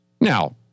Now